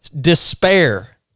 despair